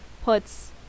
puts